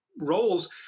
roles